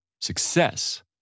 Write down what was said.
Success